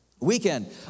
weekend